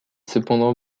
cependant